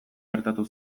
gertatu